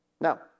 Now